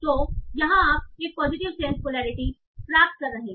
तोयहां आप एक पॉजिटिव सेंस पोलैरिटी प्राप्त कर रहे हैं